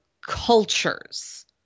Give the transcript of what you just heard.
cultures